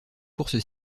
courses